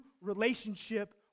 relationship